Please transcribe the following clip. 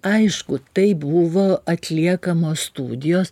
aišku tai buvo atliekamos studijos